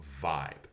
vibe